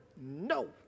no